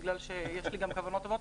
תודה.